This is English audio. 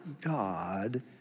God